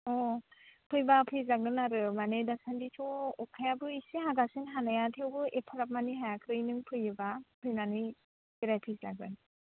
अ फैबा फैजागोन आरो माने दाखालिथ' अखायाबो एसे हागासिनो हानाया थेवबो एफाग्राबमानि हायाखै नों फैयोबा फैनानै बेरायफैजागोन